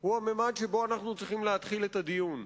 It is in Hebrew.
הוא הממד שבו אנחנו צריכים להתחיל את הדיון.